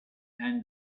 and